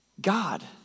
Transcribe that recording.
God